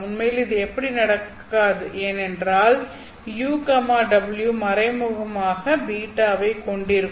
உண்மையில் இது இப்படி நடக்காது ஏனென்றால் u w மறைமுகமாக β வைக் கொண்டிருக்கும்